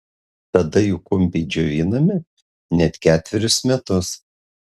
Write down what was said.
tada jų kumpiai džiovinami net ketverius metus